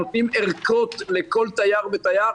נותנים ערכות לכל תייר ותייר.